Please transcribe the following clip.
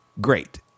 great